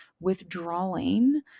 withdrawing